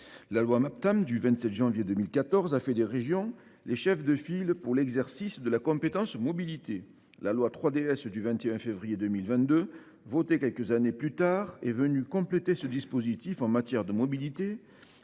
loi Maptam, a fait des régions les chefs de file pour l’exercice de la compétence mobilité. La loi 3DS du 21 février 2022, votée quelques années plus tard, a complété ce dispositif en matière de mobilité,